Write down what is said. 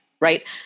right